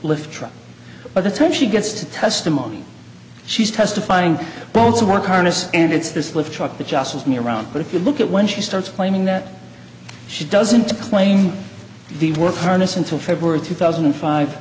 truck by the time she gets to testimony she's testifying both to work harness and it's this live truck that just was me around but if you look at when she starts claiming that she doesn't claim the work harness until february two thousand and five